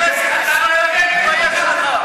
אתם צריכים להתבייש.